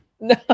No